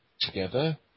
together